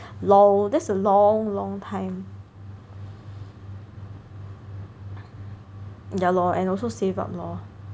LOL that's a long long time yeah lor and also save up lor